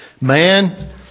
Man